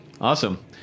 Awesome